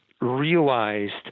realized